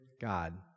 God